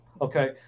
okay